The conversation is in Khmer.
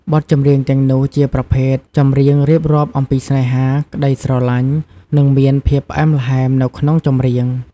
បទចម្រៀងទាំងនោះជាប្រភេទចម្រៀងរៀបរាប់អំពីស្នេហា ក្តីស្រឡាញ់និងមានភាពផ្អែមល្ហែមនៅក្នុងចម្រៀង។